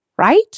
right